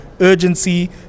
urgency